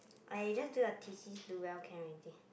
!aiya! just do your thesis do well can already